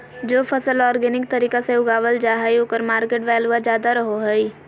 जे फसल ऑर्गेनिक तरीका से उगावल जा हइ ओकर मार्केट वैल्यूआ ज्यादा रहो हइ